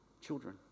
children